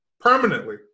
permanently